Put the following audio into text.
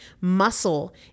Muscle